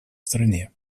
стране